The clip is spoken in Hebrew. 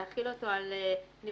להחיל אותו על נבחנים